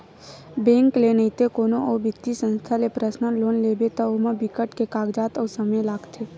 bank ले नइते कोनो अउ बित्तीय संस्था ले पर्सनल लोन लेबे त ओमा बिकट के कागजात अउ समे लागथे